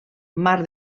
mar